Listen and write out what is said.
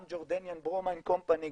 גם Jordan Bromine Company,